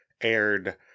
aired